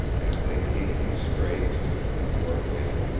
and they came to the straits, and worked in,